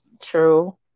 true